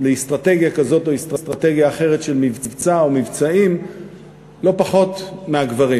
לאסטרטגיה כזאת או אסטרטגיה אחרת של מבצע או מבצעים לא פחות מהגברים.